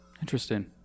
Interesting